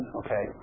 okay